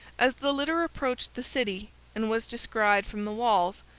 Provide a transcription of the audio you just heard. as the litter approached the city and was descried from the walls,